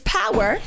power